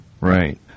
Right